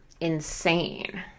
insane